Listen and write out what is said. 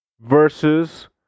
versus